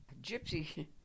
gypsy